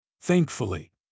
thankfully